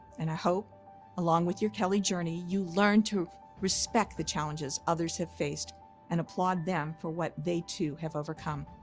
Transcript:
and i hope along your kelley journey, you learned to respect the challenges others have faced and applaud them for what they, too, have overcome.